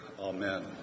amen